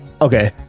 okay